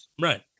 Right